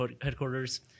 headquarters